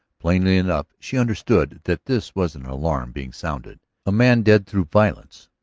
plainly enough she understood that this was an alarm being sounded a man dead through violence,